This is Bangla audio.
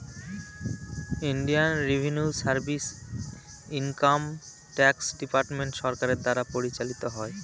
Indian revenue service income tax department সরকারের দ্বারা পরিচালিত হয়